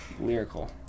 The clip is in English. lyrical